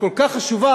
כל כך חשובה,